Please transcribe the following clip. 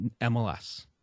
MLS